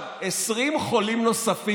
20 חולים נוספים,